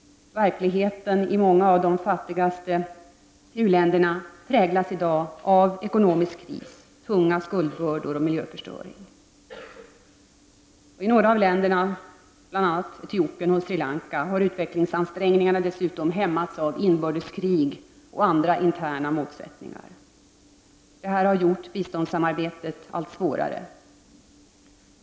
Verkligheten i många av de fattigaste u-länderna präglas i dag av ekonomisk kris, tunga skuldbördor och ökad miljöförstöring. I några av länderna, bl.a. i Etiopien och Sri Lanka, har utvecklingsansträngningarna dessutom hämmats av inbördeskrig och andra interna motsättningar. Detta har också gjort biståndssamarbetet allt svårare.